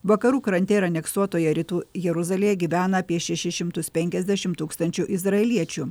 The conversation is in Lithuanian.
vakarų krante ir aneksuotoje rytų jeruzalėje gyvena apie šešis šimtus penkiasdešim tūkstančių izraeliečių